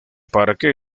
parque